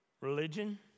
religion